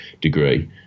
degree